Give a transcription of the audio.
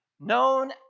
known